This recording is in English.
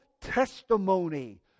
testimony